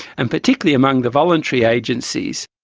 and particularly among the voluntary agencies.